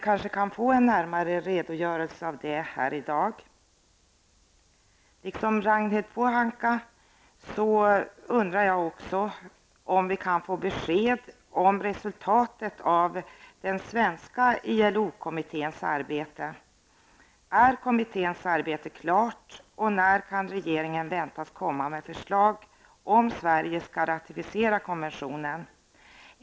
Kanske kan vi få en närmare redogörelse här i dag. Liksom Ragnhild Pohanka undrar jag om vi kan få besked om resultatet av den svenska ILO kommitténs arbete. Är kommitténs arbete klart, och när kan regeringen väntas komma med förslag om Sverige skall ratificera konventionen?